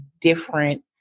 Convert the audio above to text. different